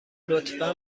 لطفا